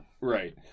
Right